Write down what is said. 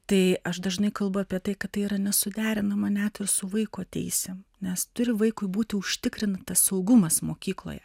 tai aš dažnai kalbu apie tai kad tai yra nesuderinama net ir su vaiko teisėm nes turi vaikui būti užtikrintas saugumas mokykloje